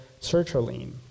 sertraline